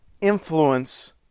influence